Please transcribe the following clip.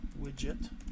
widget